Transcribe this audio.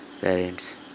parents